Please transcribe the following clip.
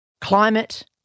Climate